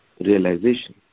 realization